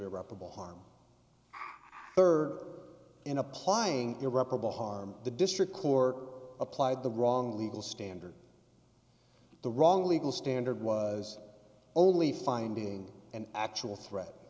irreparable harm her in applying irreparable harm the district cork applied the wrong legal standard the wrong legal standard was only finding an actual threat